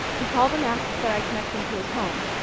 he called and asked that i connect him to his home.